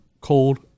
cold